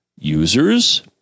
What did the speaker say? users